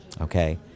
okay